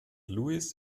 louis